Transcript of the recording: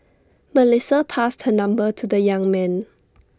Melissa passed her number to the young man